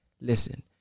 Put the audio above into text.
Listen